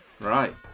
Right